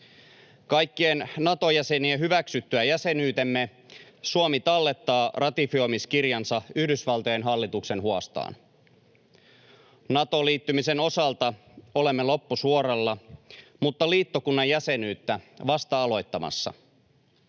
Kaikkien Nato-jäsenien hyväksyttyä jäsenyytemme Suomi tallettaa ratifioimiskirjansa Yhdysvaltojen hallituksen huostaan. Natoon liittymisen osalta olemme loppusuoralla mutta liittokunnan jäsenyyttä vasta aloittamassa.